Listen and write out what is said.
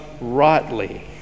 rightly